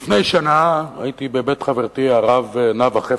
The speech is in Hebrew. לפני שנה הייתי בבית חברתי, הרב נאוה חפץ,